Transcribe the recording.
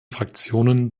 fraktionen